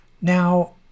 Now